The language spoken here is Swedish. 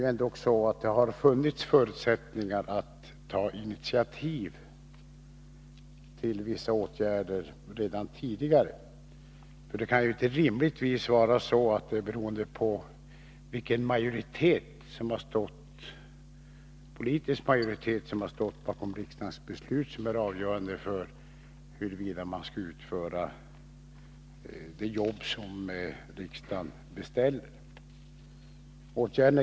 Jag är ändå litet förvånad; det har ju funnits förutsättningar att ta initiativ till vissa åtgärder redan tidigare. Vilken majoritet som stått bakom riksdagens beslut kan inte rimligen vara avgörande för huruvida det arbete som riksdagen beställer skall utföras.